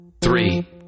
three